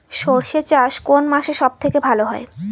সর্ষে চাষ কোন মাসে সব থেকে ভালো হয়?